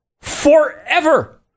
forever